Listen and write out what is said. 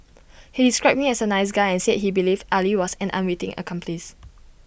he described him as A nice guy and said he believed Ali was an unwitting accomplice